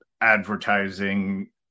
advertising